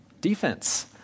defense